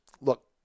Look